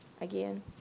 again